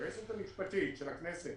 שהיועצת המשפטית של הכנסת